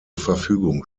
verfügung